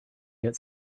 get